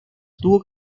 tuvo